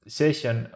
session